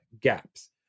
gaps